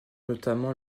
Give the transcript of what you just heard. notamment